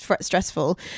stressful